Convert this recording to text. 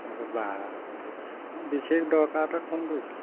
বা ঠিক আছে বিশেষ দৰকাৰ এটাত ফোন কৰিছিলোঁ